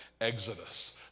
Exodus